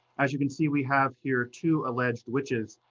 as you can see, we have here two alleged witches